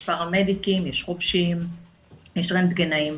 כמו פרמדיקים, חובשים, רנטגנאים.